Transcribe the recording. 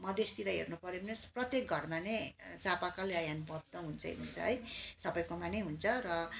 मदेसतिर हेर्नु पऱ्यो भने प्रत्येक घरमा नै चापाकल या ह्यान्ड पम्प त हुन्छै हुन्छ है सबैकोमा नै हुन्छ र